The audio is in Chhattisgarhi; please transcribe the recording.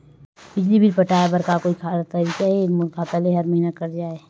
बिजली बिल पटाय बर का कोई तरीका हे मोर खाता ले हर महीना कट जाय?